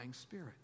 spirit